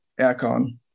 Aircon